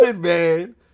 man